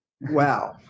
wow